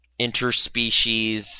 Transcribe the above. interspecies